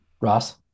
Ross